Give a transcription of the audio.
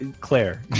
Claire